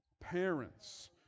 parents